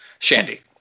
Shandy